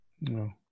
no